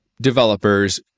developers